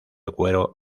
cuero